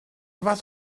fath